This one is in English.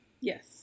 yes